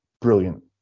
Brilliant